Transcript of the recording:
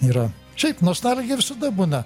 yra šiaip nostalgi visada būna